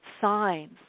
signs